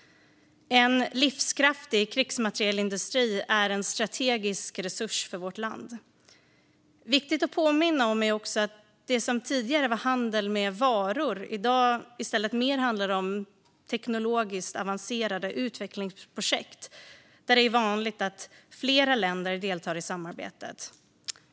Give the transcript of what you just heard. En livskraftig krigsmaterielindustri är en strategisk resurs för vårt land. Viktigt att påminna om är också att det som tidigare var handel med varor i dag i stället mer handlar om teknologiskt avancerade utvecklingsprojekt där det är vanligt att flera länder deltar i samarbetet.